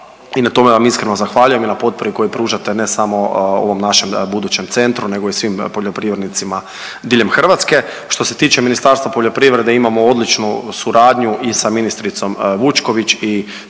i na tome vam iskreno zahvaljujem i na potpori koju pružate ne samo ovom našem budućem centru nego i svim poljoprivrednicima diljem Hrvatske. Što se tiče Ministarstva poljoprivrede, imamo odličnu suradnju i sa ministricom Vučković i